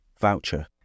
voucher